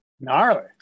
Gnarly